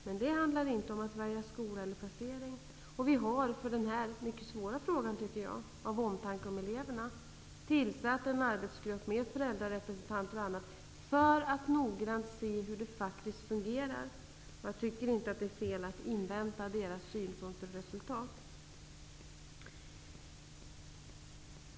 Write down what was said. Men då handlar det inte om att välja skola och placering. Av omtanke av eleverna har vi i den här mycket svåra frågan tillsatt en arbetsgrupp inkluderande föräldrarepresentanter för att noggrant undersöka hur det faktiskt fungerar. Jag tycker inte att det är fel att invänta deras synpunkter och resultat.